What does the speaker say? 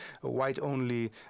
white-only